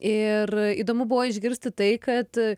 ir įdomu buvo išgirsti tai kad